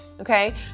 okay